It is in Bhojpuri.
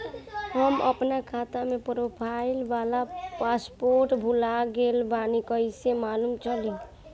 हम आपन खाता के प्रोफाइल वाला पासवर्ड भुला गेल बानी कइसे मालूम चली?